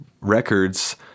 records